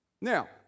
Now